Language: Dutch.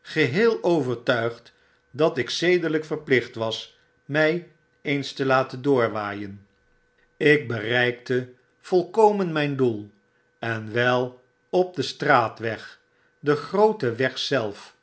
geheel overtuigd dat ik zedelyk verplicht was my eens te laten doorwaaien ik bereikte volkomen myn doel en wel op den straatweg den grooten weg zelf